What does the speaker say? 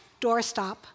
doorstop